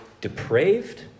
depraved